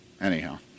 anyhow